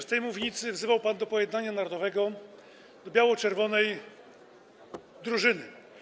Z tej mównicy wzywał pan do pojednania narodowego, do biało-czerwonej drużyny.